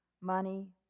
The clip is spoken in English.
money